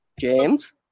James